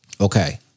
Okay